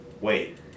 wait